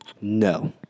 No